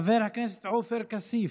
חבר הכנסת עופר כסיף,